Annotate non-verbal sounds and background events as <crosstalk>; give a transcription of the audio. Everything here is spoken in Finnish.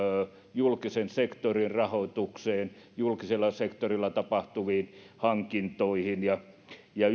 julkisen sektorin rahoitukseen julkisella sektorilla tapahtuviin hankintoihin ja ja <unintelligible>